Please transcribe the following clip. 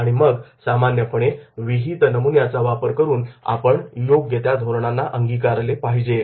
आणि मग सामान्यपणे विहित नमुन्याचा वापर करून आपण योग्य त्या धोरणांना अंगीकारले पाहिजे